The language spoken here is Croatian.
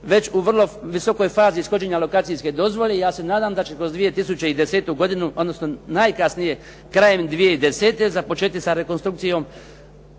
već u vrlo visokoj fazi ishođenja lokacijske dozvole. I ja se nadam da će kroz 2010. godinu odnosno najkasnije 2010. započeti sa rekonstrukcijom,